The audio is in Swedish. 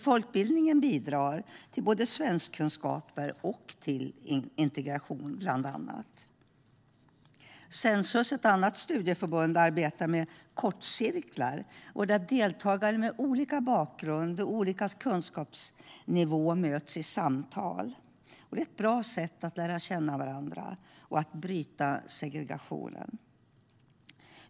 Folkbildningen bidrar alltså till både svenskkunskaper och integration. Sensus är ett annat studieförbund, och de arbetar med kortcirklar där deltagare med olika bakgrund och kunskapsnivå möts i samtal. Det är ett bra sätt att lära känna varandra och bryta segregationen.